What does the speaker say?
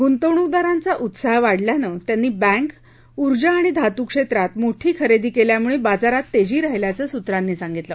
गुंतवणूकदारांचा उत्साह वाढल्यानं त्यांनी बँक ऊर्जा आणि धातू क्षेत्रात मोठी खरेदी केल्यामुळे बाजारात तेजी राहिल्याचं सूत्रांनी सांगितलं